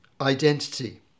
identity